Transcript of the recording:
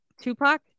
Tupac